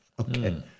Okay